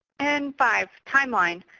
and five, timeline.